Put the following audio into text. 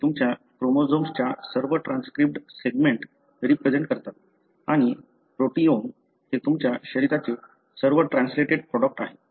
हे तुमच्या क्रोमोझोम्सच्या सर्व ट्रान्सक्रिबड्ड सेगमें रिप्रेझेन्ट करतात आणि प्रोटीओम हे तुमच्या शरीराचे सर्व ट्रान्सलेटेड प्रॉडक्ट आहे